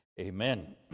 amen